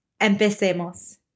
empecemos